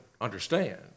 understand